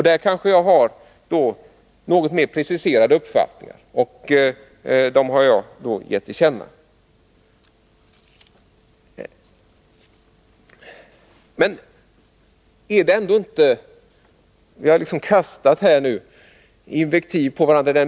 Där har jag en mer preciserad uppfattning, och den har jag gett till känna.